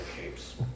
capes